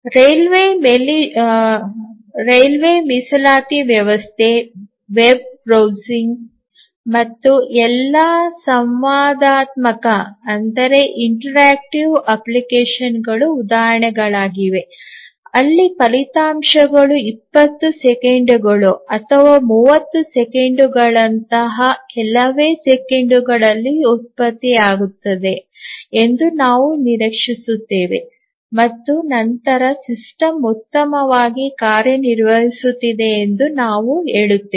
railway ಮೀಸಲಾತಿ ವ್ಯವಸ್ಥೆ web browsing ಮತ್ತು ಎಲ್ಲಾ ಸಂವಾದಾತ್ಮಕ ಅಪ್ಲಿಕೇಶನ್ಗಳು ಉದಾಹರಣೆಗಳಾಗಿವೆ ಅಲ್ಲಿ ಫಲಿತಾಂಶವು 20 ಸೆಕೆಂಡುಗಳು ಅಥವಾ 30 ಸೆಕೆಂಡುಗಳಂತಹ ಕೆಲವೇ ಸೆಕೆಂಡುಗಳಲ್ಲಿ ಉತ್ಪತ್ತಿಯಾಗುತ್ತದೆ ಎಂದು ನಾವು ನಿರೀಕ್ಷಿಸುತ್ತೇವೆ ಮತ್ತು ನಂತರ ಸಿಸ್ಟಮ್ ಉತ್ತಮವಾಗಿ ಕಾರ್ಯನಿರ್ವಹಿಸುತ್ತಿದೆ ಎಂದು ನಾವು ಹೇಳುತ್ತೇವೆ